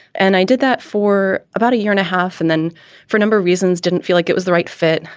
and i did that for about a year and a half and then for no reasons, didn't feel like it was the right fit.